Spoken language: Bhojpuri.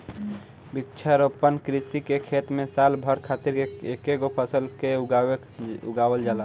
वृक्षारोपण कृषि के खेत में साल भर खातिर एकेगो फसल के उगावल जाला